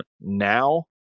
now